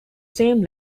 same